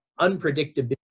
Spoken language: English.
unpredictability